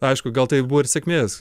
aišku gal tai buvo ir sėkmės